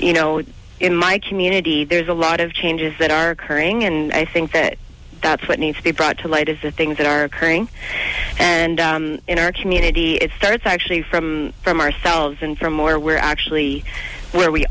you know in my community there's a lot of changes that are occurring and i think that that's what needs to be brought to light of the things that are occurring and in our community it starts actually from from ourselves and for more we're actually where we